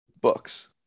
books